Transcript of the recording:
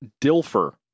Dilfer